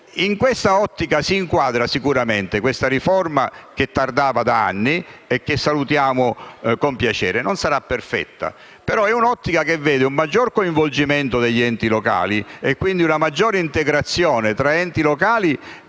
In quest'ottica si inquadra sicuramente questa riforma che tardava da anni e che salutiamo con piacere. Non sarà perfetta, ma vede un maggior coinvolgimento degli enti locali e quindi una maggiore integrazione tra enti locali